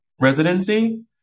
residency